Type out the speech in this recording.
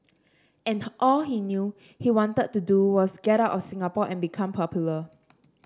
and all he knew he wanted to do was get out of Singapore and become popular